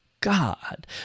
God